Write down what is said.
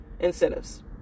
Incentives